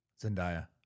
Zendaya